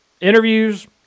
Interviews